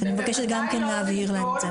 אז אני מבקשת גם כן להבהיר להם את זה.